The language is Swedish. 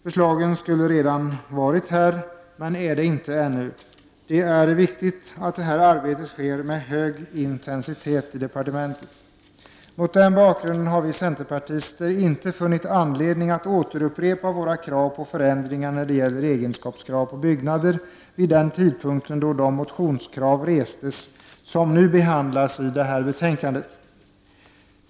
Förslagen skulle redan ha tagits fram, men det har ännu inte skett. Det är viktigt att det arbetet sker med hög intensitet i departementet. Mot den bakgrunden har vi centerpartister inte funnit anledning att återupprepa våra krav på förändringar när det gäller egenskapskrav på byggnader vid den tidpunkt då de motionskrav restes som nu behandlas i detta betänkande.